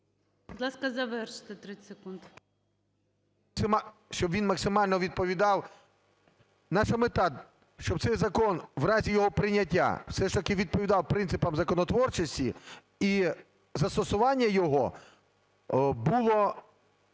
Будь ласка, завершити 30 секунд. 12:58:06 ШУФРИЧ Н.І. Щоб він максимально відповідав… Наша мета – щоб цей закон в разі його прийняття все ж таки відповідав принципам законотворчості, і застосування його було